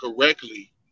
correctly